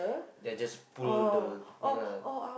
then I just pull the ya